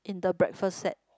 in the breakfast set